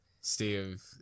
Steve